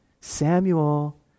Samuel